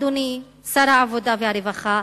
אדוני שר העבודה והרווחה,